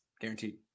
Guaranteed